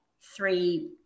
three